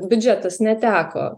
biudžetas neteko